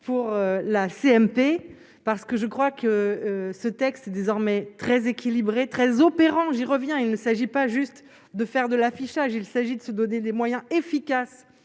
pour la CNP, parce que je crois que ce texte est désormais très équilibré, très opérants, j'y reviens, il ne s'agit pas juste de faire de l'affichage, il s'agit de se donner des moyens efficaces